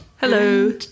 Hello